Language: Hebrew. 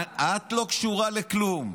את לא קשורה לכלום.